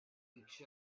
each